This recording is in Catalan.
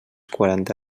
quaranta